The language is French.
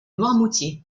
noirmoutier